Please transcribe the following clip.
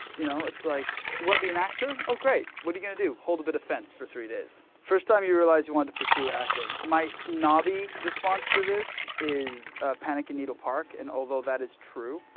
you know it's like, you wanna be an actor? oh great, what are you gonna do? hold a bit of fence for three days. first time you realized you wanted to pursue acting. my snobby response to this is panic in needle park. and although that is true,